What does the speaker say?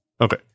Okay